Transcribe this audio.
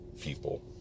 people